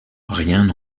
rien